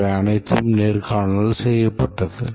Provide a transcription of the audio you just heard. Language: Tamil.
இவை அனைத்தும் நேர்காணல் செய்யப்பட்டது